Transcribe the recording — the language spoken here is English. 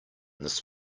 this